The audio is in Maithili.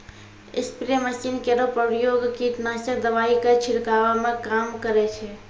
स्प्रे मसीन केरो प्रयोग कीटनाशक दवाई क छिड़कावै म काम करै छै